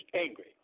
angry